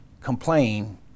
complain